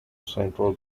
central